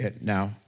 Now